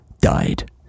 died